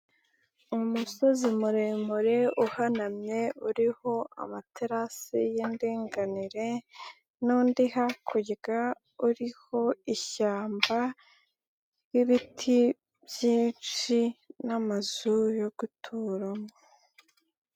Umusozi muremure uhanamye uriho amaterasi y'indinganire n'undi hakurya uriho ishyamba ry'ibiti byinshi n'amazu yo guturamo.